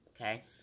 Okay